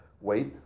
wait